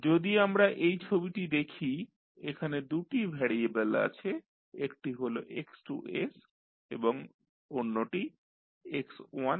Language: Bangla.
যদি আমরা এই ছবিটি দেখি এখানে দুটি ভ্যারিয়েবল আছে একটি হল X2 এবং অন্যটি X1